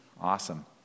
Awesome